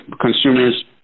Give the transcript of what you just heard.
consumers